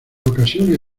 ocasiones